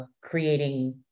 creating